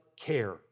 care